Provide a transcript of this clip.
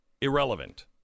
irrelevant